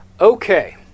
Okay